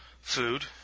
food